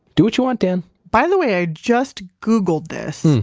do what you want dan by the way i just googled this,